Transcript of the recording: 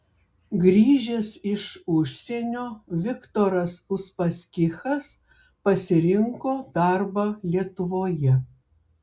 grįžęs iš užsienio viktoras uspaskichas pasirinko darbą lietuvoje